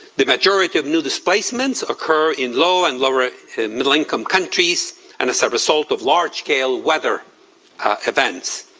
the majority of new displacements occur in low and lower middle income countries and as a result of large-scale weather events.